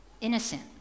innocent